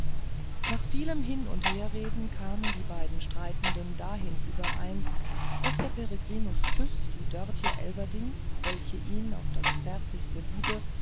nach vielem hin und herreden kamen die beiden streitenden dahin überein daß herr peregrinus tyß die dörtje elverdink welche ihn auf das zärtlichste liebe